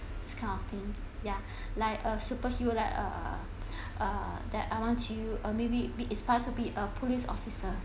this kind of thing ya like a superhero like uh uh that I want to or maybe be inspire to be a police officer